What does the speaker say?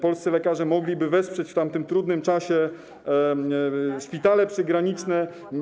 Polscy lekarze mogliby wesprzeć w tamtym trudnym czasie szpitale przygraniczne.